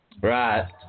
Right